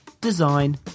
Design